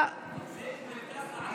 זה מה שאני יודע.